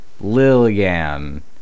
Lillian